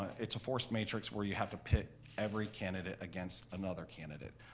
it's a forced matrix where you have to pit every candidate against another candidate.